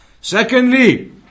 Secondly